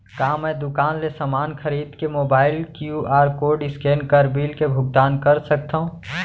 का मैं दुकान ले समान खरीद के मोबाइल क्यू.आर कोड स्कैन कर बिल के भुगतान कर सकथव?